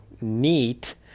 neat